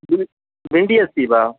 B बिण्डी अस्ति वा